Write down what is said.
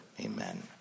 Amen